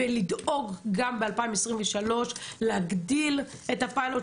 ולדאוג גם ב־2023 להגדיל את הפיילוט,